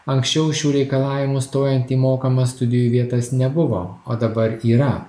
anksčiau šių reikalavimų stojant į mokamas studijų vietas nebuvo o dabar yra